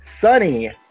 sunny